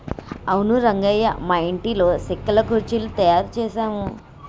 అవును రంగయ్య మా ఇంటిలో సెక్కల కుర్చీలు తయారు చేసాము